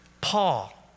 Paul